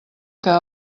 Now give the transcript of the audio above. que